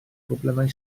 problemau